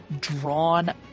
drawn